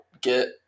get